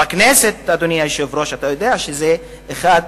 אדוני היושב-ראש, אתה יודע שבכנסת רק